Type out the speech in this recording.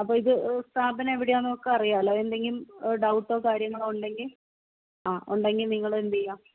അപ്പോൾ ഇത് സ്ഥാപനം എവിടെ ആണെന്നൊക്കെ അറിയാലോ എന്തെങ്കിലും ഡൗട്ടോ കാര്യങ്ങളോ ഉണ്ടെങ്കിൽ യെസ് ഉണ്ടെങ്കിൽ നിങ്ങൾ എന്ത് ചെയ്യുക